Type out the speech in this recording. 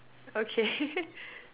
okay